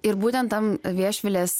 ir būtent tam viešvilės